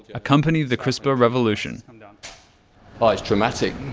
accompanied the crispr revolution. and ah it's dramatic.